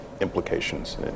implications